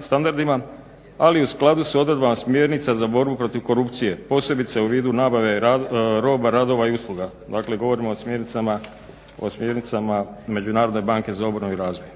standardima ali i u skladu sa odredbama smjernica za borbu protiv korupcije posebice u vidu nabave roba, radova i usluga. Dakle govorimo o smjernicama Međunarodne banke za obnovu i razvoj.